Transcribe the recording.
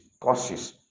causes